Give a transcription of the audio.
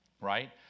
right